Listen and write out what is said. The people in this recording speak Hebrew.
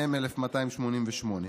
מ/1288,